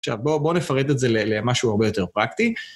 עכשיו, בואו נפרד את זה למשהו הרבה יותר פרקטי.